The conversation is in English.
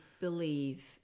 believe